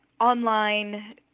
online